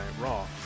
Raw